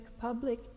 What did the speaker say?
public